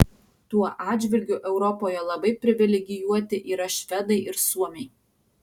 tuo atžvilgiu europoje labai privilegijuoti yra švedai ir suomiai